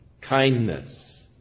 kindness